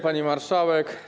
Pani Marszałek!